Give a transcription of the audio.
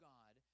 God